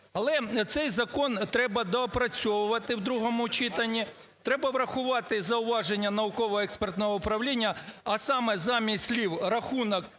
Але цей закон треба доопрацьовувати в другому, треба врахувати зауваження Науково-експертного управління, а саме замість слів "рахунок